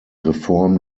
reform